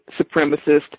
supremacist